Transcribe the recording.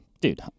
dude